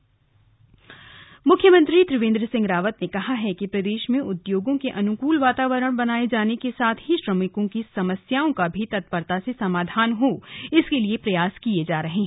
कार्यशाला सीएम मुख्यमंत्री त्रिवेन्द्र सिंह रावत ने कहा है कि प्रदेश में उद्योगों के अनुकल वातावरण बनाये जाने के साथ ही श्रमिकों की समस्याओं का भी तत्परता से समाधान हो इसके भी प्रयास किये जा रहे हैं